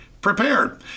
prepared